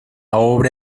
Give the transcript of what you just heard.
obra